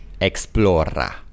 Explora